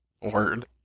Word